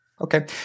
Okay